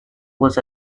was